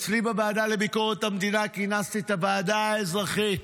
אצלי בוועדה לביקורת המדינה כינסתי את הוועדה האזרחית,